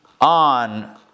on